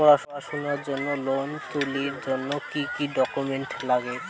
পড়াশুনার জন্যে লোন তুলির জন্যে কি কি ডকুমেন্টস নাগে?